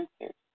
answers